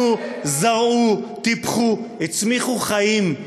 באו, בנו, זרעו, טיפחו, הצמיחו חיים.